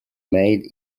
mail